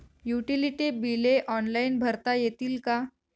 Utility बिले online भरता येतील का?